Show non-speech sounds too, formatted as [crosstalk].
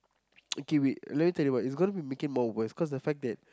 [noise] okay wait let me tell you what it's going to make it more worse because the fact that